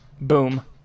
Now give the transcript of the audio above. Boom